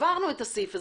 עברנו את הסעיף הזה.